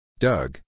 Doug